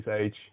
age